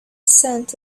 scent